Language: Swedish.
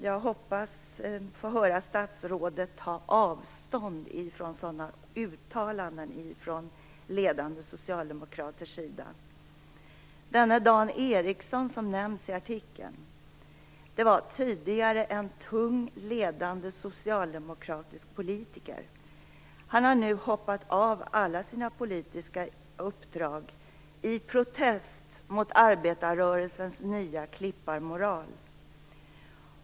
Jag hoppas att statsrådet tar avstånd från sådana uttalanden från ledande socialdemokrater. Dan Eriksson, som omnämns i artikeln, var tidigare en tung ledande socialdemokratisk politiker. Han har nu hoppat av alla sina politiska uppdrag i protest mot arbetarrörelsens nya klipparmoral.